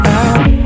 out